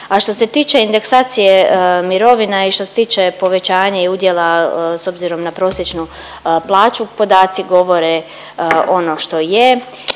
i što se tiče mirovina i što se tiče povećanje i udjela s obzirom na prosječnu plaću, podaci govore ono što je